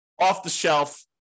off-the-shelf